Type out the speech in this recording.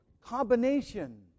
combination